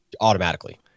Automatically